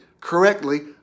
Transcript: correctly